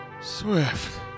Swift